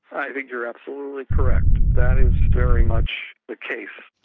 i think you are absolutely correct, that is very much the case.